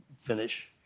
finish